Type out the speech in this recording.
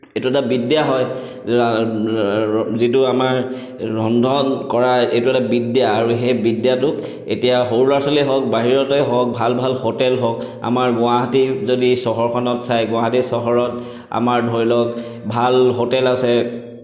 এইটো এটা বিদ্যা হয় যিটো আমাৰ ৰন্ধন কৰা এইটো এটা বিদ্যা আৰু সেই বিদ্যাটোক এতিয়া সৰু ল'ৰা ছোৱালীয়ে হওক বাহিৰতে হওক ভাল ভাল হোটেল হওক আমাৰ গুৱাহাটী যদি চহৰখনত চাই গুৱাহাটী চহৰত আমাৰ ধৰি লওক ভাল হোটেল আছে